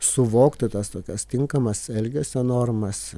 suvoktų tas tokios tinkamas elgesio normas